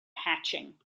hatching